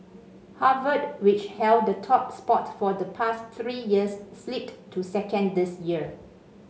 Harvard which held the top spot for the past three years slipped to second this year